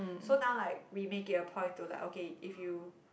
so now like we make it a point to like okay if you